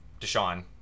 Deshaun